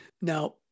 Now